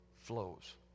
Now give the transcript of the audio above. flows